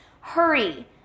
Hurry